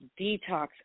detox